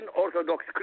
Orthodox